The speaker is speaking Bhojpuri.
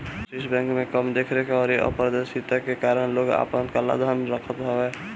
स्विस बैंक में कम देख रेख अउरी अपारदर्शिता के कारण लोग आपन काला धन रखत हवे